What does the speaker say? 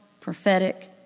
prophetic